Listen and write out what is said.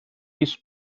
his